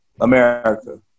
America